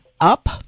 up